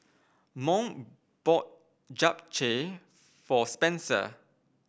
Mont bought Japchae for Spenser